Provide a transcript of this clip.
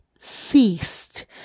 ceased